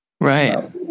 right